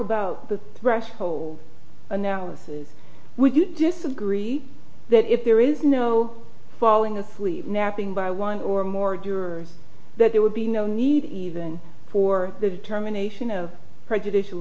about the threshold analysis would you disagree that if there is no falling asleep napping by one or more yours that there would be no need then for the determination of prejudicial